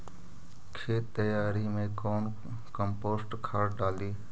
खेत तैयारी मे कौन कम्पोस्ट खाद डाली?